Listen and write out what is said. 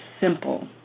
simple